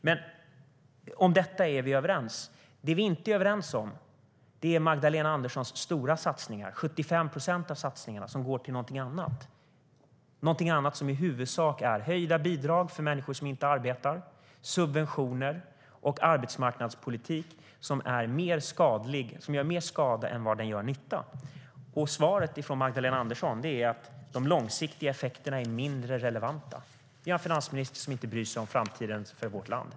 Det vi inte är överens om är de 75 procent av Magdalena Anderssons stora satsningar som går till någonting annat - i huvudsak till höjda bidrag för människor som inte arbetar, subventioner och arbetsmarknadspolitik som gör mer skada än nytta. Svaret från Magdalena Andersson är att de långsiktiga effekterna är mindre relevanta. Vi har en finansminister som inte bryr sig om framtiden för vårt land.